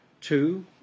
Two